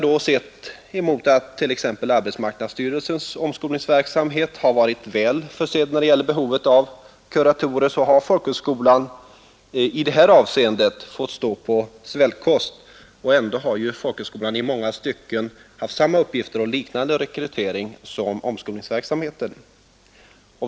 Jämfört med att t.ex. arbetsmarknadsstyrelsens omskolningsverksamhet har varit väl försedd när det gäller behovet av kuratorer har folkhögskolan i det här avseendet fatt sta pa svältkost, och ända har folkhögskolan i mänga stycken samma uppgifter och liknande rekrytering som omskol Nr 133 ningsverksamheten.